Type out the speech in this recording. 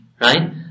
right